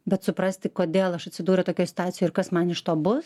bet suprasti kodėl aš atsidūriau tokioje situacijoj ir kas man iš to bus